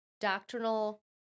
doctrinal